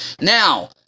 Now